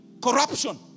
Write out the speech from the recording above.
corruption